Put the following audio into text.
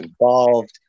involved